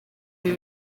ibi